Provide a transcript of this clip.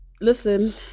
listen